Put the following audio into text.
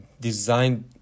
designed